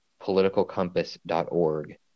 politicalcompass.org